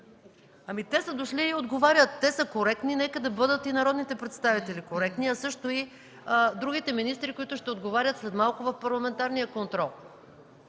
Те са дошли и отговарят, те са коректни. Нека и народните представители да бъдат коректни, а също и другите министри, които ще отговарят след малко в парламентарния контрол.